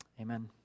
Amen